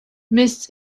miss